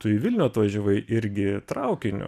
tu į vilnių atvažiavai irgi traukiniu